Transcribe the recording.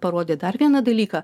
parodė dar vieną dalyką